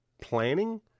planning